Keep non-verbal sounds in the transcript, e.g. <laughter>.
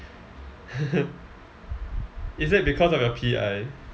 <laughs> is that because of your P_I